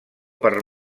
per